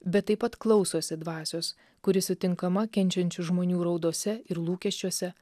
bet taip pat klausosi dvasios kuri sutinkama kenčiančių žmonių raudose ir lūkesčiuose